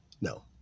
No